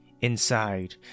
inside